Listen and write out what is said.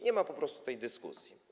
Nie ma po prostu tej dyskusji.